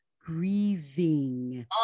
grieving